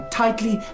tightly